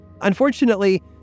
Unfortunately